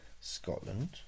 Scotland